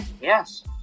yes